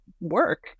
work